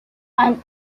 and